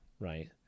right